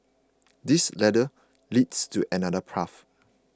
this ladder leads to another path